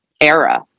era